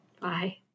Bye